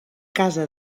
casa